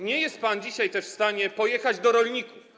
Nie jest też pan dzisiaj w stanie pojechać do rolników.